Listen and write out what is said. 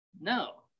No